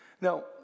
Now